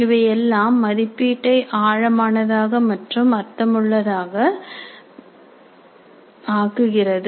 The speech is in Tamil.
இவையெல்லாம் மதிப்பீட்டை ஆழமானதாக மற்றும் அர்த்தமுள்ளதாக ஆக்குகிறது